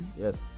Yes